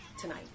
tonight